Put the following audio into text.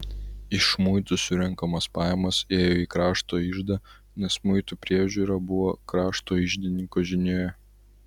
iš muitų surenkamos pajamos ėjo į krašto iždą nes muitų priežiūra buvo krašto iždininko žinioje